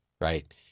right